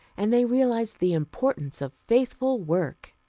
and they realized the importance of faithful work.